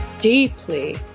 deeply